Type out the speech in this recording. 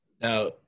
Now